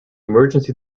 emergency